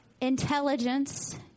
intelligence